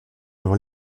avant